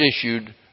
issued